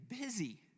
busy